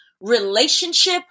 relationship